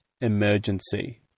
emergency